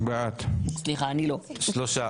שלושה.